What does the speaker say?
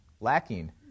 lacking